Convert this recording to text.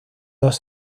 dos